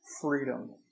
freedom